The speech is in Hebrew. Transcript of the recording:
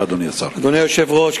אדוני השר, בבקשה.